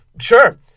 Sure